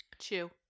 Chew